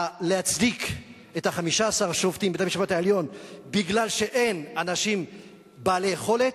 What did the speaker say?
להצדיק את 15 השופטים בבית-המשפט העליון מפני שאין אנשים בעלי יכולת,